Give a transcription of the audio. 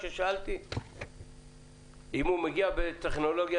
שאלתי אם הוא מגיע בטכנולוגיה